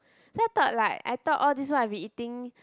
so I thought like I thought all this while I've been eating